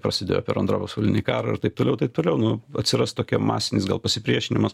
prasidėjo per antrą pasaulinį karą ir taip toliau taip toliau nu atsiras tokia masinis gal pasipriešinimas